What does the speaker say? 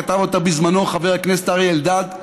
כתב אותה בזמנו חבר הכנסת אריה אלדד.